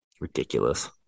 Ridiculous